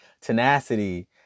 tenacity